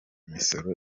misoro